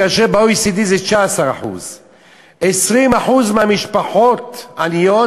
כאשר ב-OECD זה 19%. 20% מהמשפחות עניות